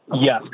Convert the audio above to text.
Yes